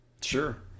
Sure